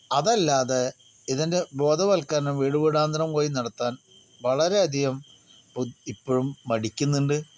അതല്ലാതെ ഇതിൻ്റെ ബോധവൽക്കരണം വീടുവീടാന്തരം പോയി നടത്താൻ വളരെ അധികം ബുദ്ധി ഇപ്പോഴും മടിക്കുന്നുണ്ട്